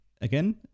again